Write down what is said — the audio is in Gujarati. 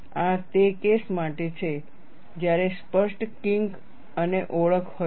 આ તે કેસ માટે છે જ્યારે સ્પષ્ટ કિંક અને ઓળખ હોય છે